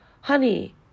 honey